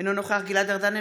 אינו נוכח גלעד ארדן,